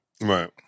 Right